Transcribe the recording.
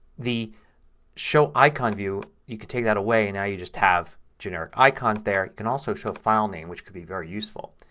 the show icon view you can take that away and now you just have generic icons there. you can also show file name which can be very useful.